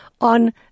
on